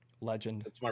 Legend